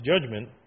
judgment